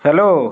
hello